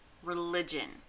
religion